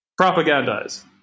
propagandize